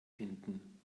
finden